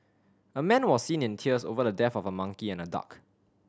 a man was seen in tears over the death of a monkey and a duck